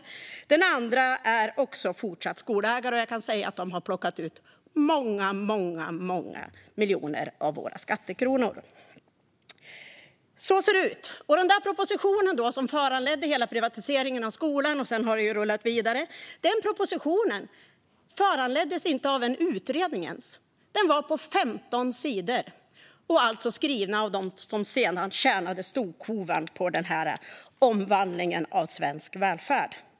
Även den andre är fortsatt skolägare, och jag kan säga att de har plockat ut många, många miljoner av våra skattekronor. Så ser det alltså ut. Den proposition som föranledde hela privatiseringen av skolan, vilket sedan har rullat vidare, föregicks inte ens av en utredning. Den var på 15 sidor och alltså skriven av dem som sedan tjänade storkovan på omvandlingen av svensk välfärd.